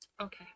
Okay